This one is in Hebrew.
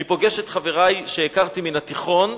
אני פוגש את חברי שהכרתי מהתיכון,